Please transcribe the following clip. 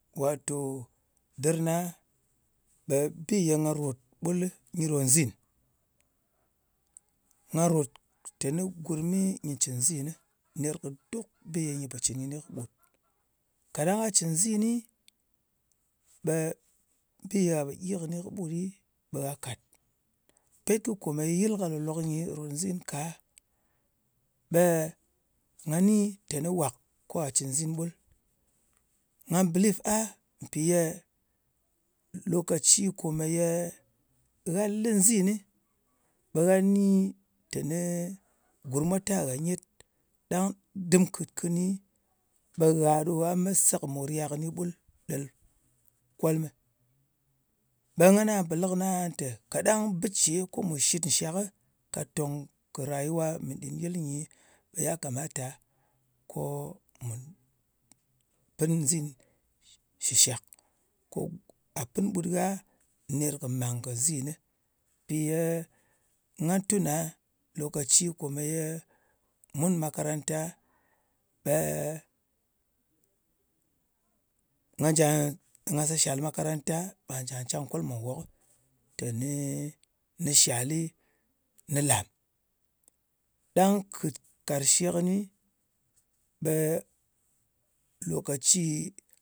Wato dir na ɓe bi ye nga ròt ɓul ɓe nyi ɗo nzin. Nga rot teni gurmɨ nyɨ cɨn nzinɨ ner kɨ duk bi ye nyɨ pò cɨn kɨnɨ kɨɓut. Kaɗang gha cɨn nzinɨ bi ye gha pò gyi kɨnɨ kɨɓut ɗɨ ɓe gha kàt. Pet kɨ kome yɨl ka lò-lok nyi ɓe rot nzin ka, ɓe nga ni ɓe wàk kwa cɨn nzin ɓul. Nga bɨliv a mpì ye lòkaci komèye gha lɨ nzinɨ ɓe nga nyin teni hurm mwa ta gha nyet ɗang dɨm kɨt kɨni ɓe gha ɗo gha me se kɨ oriya kɨni ɓul ɗel kolmɨ. Ɓe ngana po lɨ kɨnɨ aha te, kaɗang bɨ ce ko mu shit nshakɨ, ka tong kɨ rayuwa mɨ nɗin yɨl nyi, ɓe ya kamata, ko mù pin nzin shɨshak. Ko gha pɨn ɓut gha ner kɨ màng kɨ nzinɨ. Mpi ye nga tuna, lokaci ye mun makaranta, ɓe nga se shal makaranta bà nja can kolm mwa nwok tenii shali nɨ lam. Ɗang kɨt karshe kɨni ɓe lokaci,